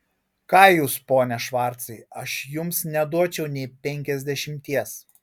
ką jūs pone švarcai aš jums neduočiau nė penkiasdešimties